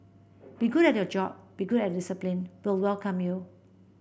be good at your job be good at your discipline we'd welcome you